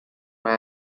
had